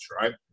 right